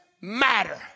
matter